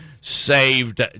saved